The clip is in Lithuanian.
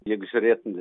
jeigu žiūrėtume